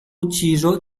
ucciso